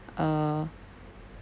uh